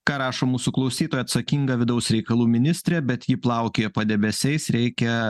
ką rašo mūsų klausytoja atsakinga vidaus reikalų ministrė bet ji plaukioja padebesiais reikia